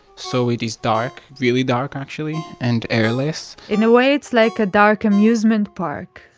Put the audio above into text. so it is dark, really dark actually, and airless. in a way, it's like a dark amusement park.